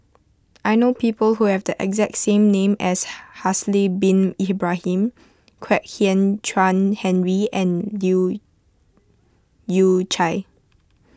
I know people who have the exact name as Haslir Bin Ibrahim Kwek Hian Chuan Henry and Leu Yew Chye